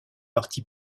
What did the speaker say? parti